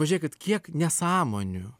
pažiūrėkit kiek nesąmonių